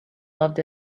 loved